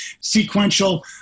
sequential